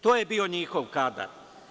To je bio njihov kadar.